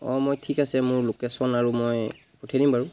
অঁ মই ঠিক আছে মোৰ লোকেশ্যন আৰু মই পঠিয়াই দিম বাৰু